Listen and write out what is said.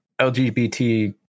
LGBT